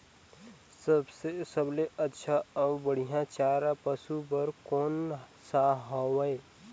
सबले अच्छा अउ बढ़िया चारा पशु बर कोन सा हवय?